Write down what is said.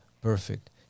perfect